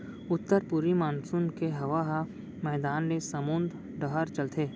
उत्तर पूरवी मानसून के हवा ह मैदान ले समुंद डहर चलथे